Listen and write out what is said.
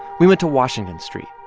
we went to washington street.